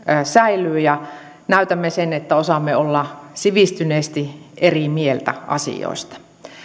säilyy ja näytämme sen että osaamme olla sivistyneesti eri mieltä asioista